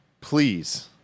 please